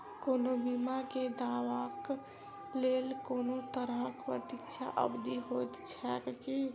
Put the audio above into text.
कोनो बीमा केँ दावाक लेल कोनों तरहक प्रतीक्षा अवधि होइत छैक की?